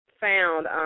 found